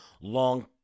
long